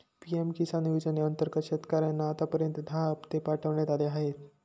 PM किसान योजनेअंतर्गत शेतकऱ्यांना आतापर्यंत दहा हप्ते पाठवण्यात आले आहेत